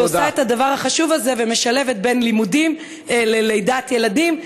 שעושה את הדבר החשוב הזה ומשלבת בין לימודים ללידת ילדים,